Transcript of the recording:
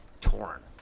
torn